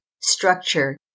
structure